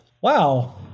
Wow